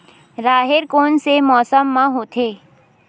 राहेर कोन से मौसम म होथे?